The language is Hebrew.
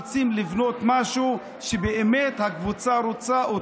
רוצים לבנות משהו שבאמת הקבוצה רוצה.